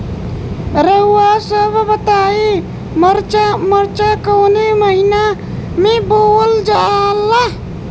रउआ सभ बताई मरचा कवने महीना में बोवल जाला?